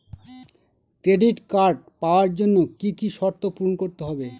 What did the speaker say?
Credit card পাওয়ার জন্য কি কি শর্ত পূরণ করতে হবে?